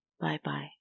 Bye-bye